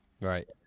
Right